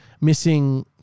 missing